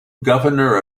governor